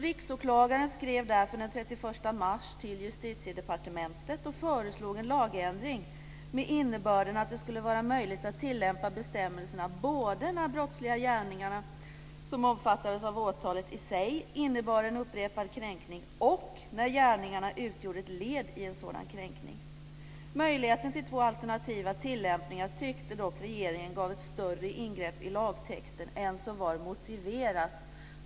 Riksåklagaren skrev därför den 31 mars till Justitiedepartementet och föreslog en lagändring med innebörden att det skulle vara möjligt att tillämpa bestämmelserna både när de brottsliga gärningarna som omfattades av åtalet i sig innebar en upprepad kränkning och när gärningarna utgjorde ett led i en sådan kränkning. Möjligheten till två alternativa tilllämpningar tyckte dock regeringen gav ett större ingrepp i lagtexten än vad som var motiverat.